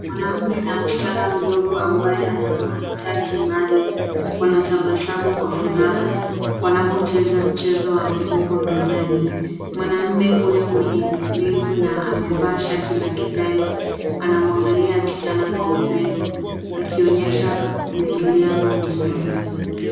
Mwanaume na msichana mdogo ambaye ana mahitaji maalum wanatabasamu kwa furaha wanapocheza mchezo wa fumbo mezani. Mwanaume uyo mwenye ndevu na amevaa shati la kijani anamwangalia msichana kwa upendo akionyesha mwingiliano mzuri.